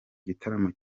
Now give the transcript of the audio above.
gitaramo